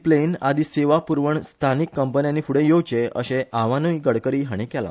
प्लेन आदी सेवा पुरवपाक स्थानीक कंपन्यानी फुडें येवचे अशें आवाहानुय गडकरी हाणी केला